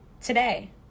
today